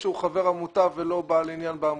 שהוא חבר עמותה ולא בעל עניין בעמותה.